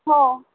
हो